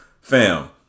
fam